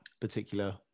particular